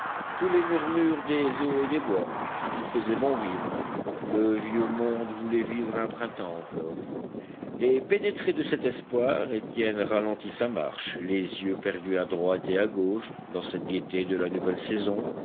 tous les murmures des eaux et des bois il faisait bon vivre le vieux monde voulait vivre un printemps encore et pénétré de cet espoir étienne ralentit sa marche les yeux perdus à droite et à gauche dans cette gaieté de la nouvelle saison